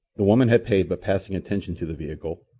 the woman had paid but passing attention to the vehicle,